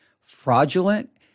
fraudulent